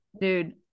Dude